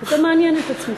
כי אתה מעניין את עצמך.